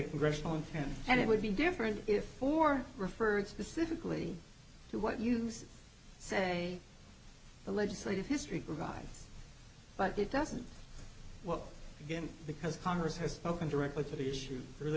congressional intent and it would be different if for referred specifically to what use say the legislative history provides but it doesn't work again because congress has spoken directly to the issue really